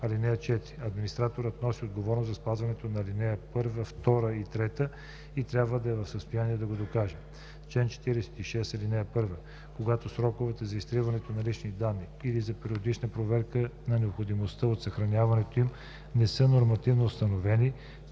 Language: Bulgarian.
данните. (4) Администраторът носи отговорност за спазването на ал. 1, 2 и 3 и трябва да е в състояние да го докаже. Чл. 46. (1) Когато сроковете за изтриване на лични данни или за периодична проверка на необходимостта от съхранението им не са нормативно установени,